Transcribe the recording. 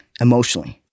emotionally